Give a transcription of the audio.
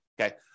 Okay